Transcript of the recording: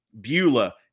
Beulah